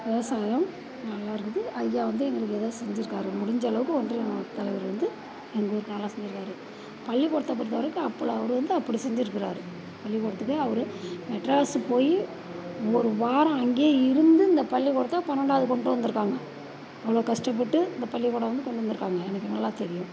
விவசாயம் நல்லா இருக்குது ஐயா வந்து எங்களுக்கு எதோ செஞ்சிருக்கார் முடிஞ்ச அளவுக்கு ஒன்றியம் தலைவர் வந்து எங்கள் ஊருக்கு நல்லா செஞ்சிருக்கார் பள்ளிக்கூடத்தை பொறுத்தவரைக்கும் அப்போல்லா அவர் வந்து அப்படி செஞ்சிருக்கிறாரு பள்ளிக்கூடத்துக்கு அவர் மெட்ராஸு போய் ஒரு வாரம் அங்கேயே இருந்து இந்த பள்ளிக்கூடத்தை பன்னெண்டாவது கொண்டு வந்துருக்காங்க அவ்வளோ கஷ்டப்பட்டு இந்த பள்ளிக்கூடம் வந்து கொண்டு வந்துருக்காங்க எனக்கு நல்லா தெரியும்